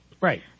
Right